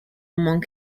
among